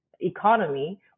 economy